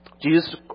Jesus